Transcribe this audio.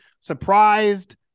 surprised